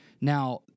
Now